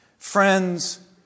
Friends